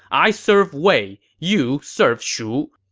i serve wei, you serve shu.